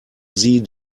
sie